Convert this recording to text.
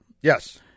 Yes